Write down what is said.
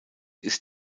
ist